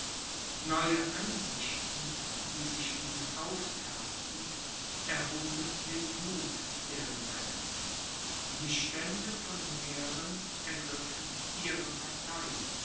neue ansichten die sich ihnen aufthaten erhoben den muth der rebellen die stände von mähren ergriffen ihre partei